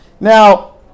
Now